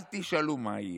אל תשאלו מה יהיה,